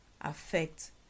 affect